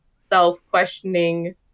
self-questioning